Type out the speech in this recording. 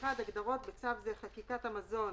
הגדרות 1. בצו זה - "חקיקת המזון",